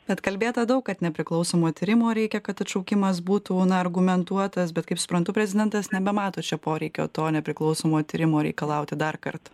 bet kalbėta daug kad nepriklausomo tyrimo reikia kad atšaukimas būtų na argumentuotas bet kaip suprantu prezidentas nebemato čia poreikio to nepriklausomo tyrimo reikalauti darkart